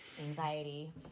Anxiety